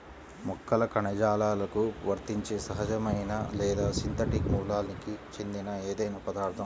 మొక్కల కణజాలాలకు వర్తించే సహజమైన లేదా సింథటిక్ మూలానికి చెందిన ఏదైనా పదార్థం